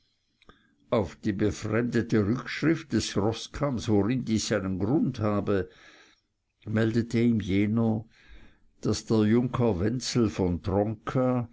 auf die befremdete rückschrift des roßkamms worin dies seinen grund habe meldete ihm jener daß der junker wenzel von tronka